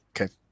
okay